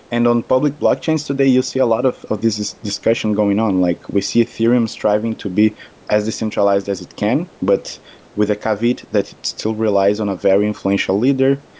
and on public blockchains today, you see a lot of of this discussion going on, like we see ethereum striving to be as decentralized as it can, but with a caveat that it still relies on a very influential leader,